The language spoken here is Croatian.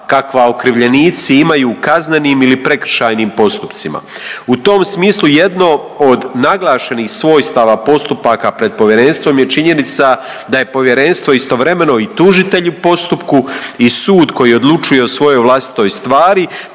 kakva okrivljenici imaju u kaznenim ili prekršajnim postupcima. U tom smislu jedno od naglašenih svojstava postupaka pred povjerenstvom je činjenica da je povjerenstvo istovremeno i tužitelj u postupku i sud koji odlučuje o svojoj vlastitoj stvari,